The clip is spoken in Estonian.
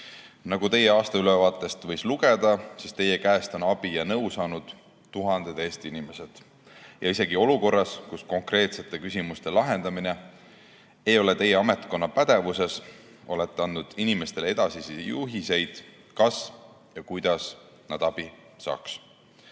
Nagu teie aastaülevaatest võis lugeda, on teie käest abi ja nõu saanud tuhanded Eesti inimesed. Isegi olukorras, kus konkreetsete küsimuste lahendamine ei ole [olnud] teie ametkonna pädevuses, olete andnud inimestele edasisi juhiseid kas ja kuidas nad abi saaks.